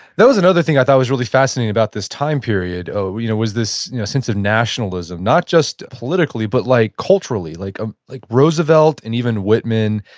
that was another thing i thought was really fascinating about this time period you know was this sense of nationalism, not just politically, but like culturally. like ah like roosevelt and even whitman,